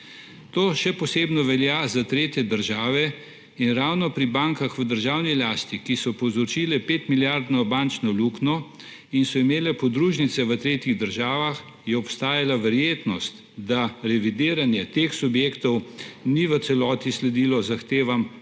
To še posebno velja za tretje države in ravno pri bankah v državni lasti, ki so povzročile 5-milijardno bančno luknjo in so imele podružnice v tretjih državah, je obstajala verjetnost, da revidiranje teh subjektov ni v celoti sledilo zahtevam revizijski